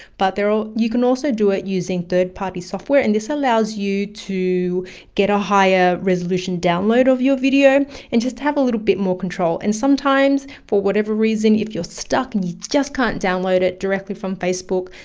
but ah you can also do it using third party software, and this allows you to get a higher resolution download of your video and just have a little bit more control. and sometimes for whatever reason if you're stuck you just can't download it directly from facebook,